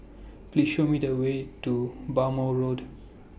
Please Show Me The Way to Bhamo Road